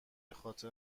خاطر